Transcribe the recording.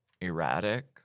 erratic